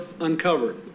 uncovered